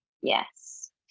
Yes